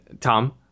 Tom